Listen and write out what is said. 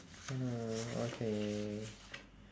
oh no okay